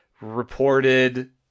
reported